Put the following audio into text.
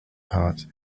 part